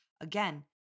Again